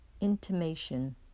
Intimation